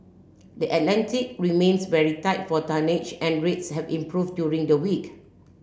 the Atlantic remains very tight for tonnage and rates have improved during the week